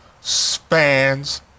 spans